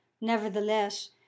nevertheless